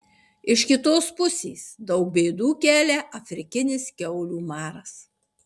iš kitos pusės daug bėdų kelia afrikinis kiaulių maras